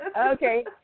Okay